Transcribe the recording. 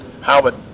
Howard